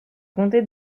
comté